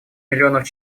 миллионов